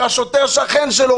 שהשוטר שכן שלו,